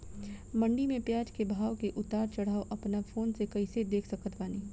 मंडी मे प्याज के भाव के उतार चढ़ाव अपना फोन से कइसे देख सकत बानी?